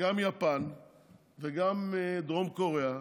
וגם ביפן ובדרום קוריאה,